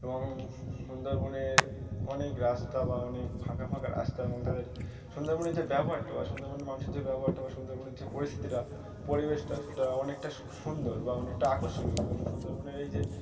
এবং সুন্দরবনের অনেক রাস্তা বা অনেক ফাঁকা ফাঁকা রাস্তা এবং তাদের সুন্দরবনের যে ব্যবহারটা বা সুন্দরবনের মানুষের যে ব্যবহারটা বা সুন্দরবনের যে পরিস্থিতিটা পরিবেশটা সেটা অনেকটা সুন্দর বা অনেকটা আকর্ষণীয় এবং সুন্দরবনের এই যে